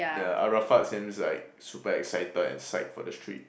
ya Arafat seems like super excited and psyched for the street